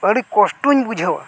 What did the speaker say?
ᱟᱹᱰᱤ ᱠᱚᱥᱴᱚᱧ ᱵᱩᱡᱷᱟᱹᱣᱟ